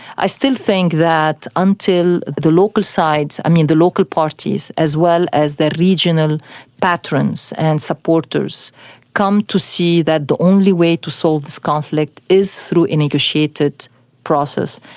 i still think that until the local sides, i mean the local parties, as well as their regional patrons and supporters come to see that the only way to solve this conflict is through a negotiated process,